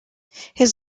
his